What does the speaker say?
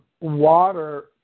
water